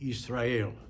Israel